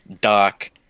dark